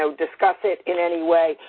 so discuss it in any way.